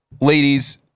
ladies